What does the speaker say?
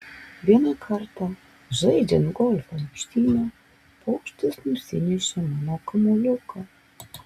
vieną kartą žaidžiant golfą aikštyne paukštis nusinešė mano kamuoliuką